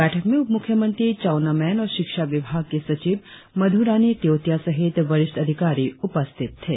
बैठक में उप मुख्यमंत्री चाउना मेन और शिक्षा विभाग की सचिव मध्ररानी तियोतिया सहित वरिष्ठ अधिकारी उपस्थित थे